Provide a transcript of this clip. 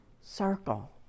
circle